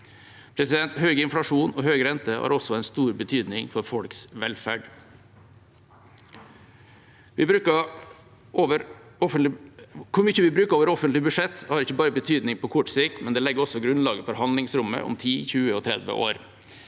Høy inflasjon og høy rente har også stor betydning for folks velferd. Hvor mye vi bruker over offentlige budsjetter har ikke bare betydning på kort sikt, men det legger også grunnlaget for handlingsrommet om 10, 20 og 30 år.